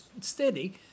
steady